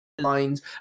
lines